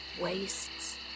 wastes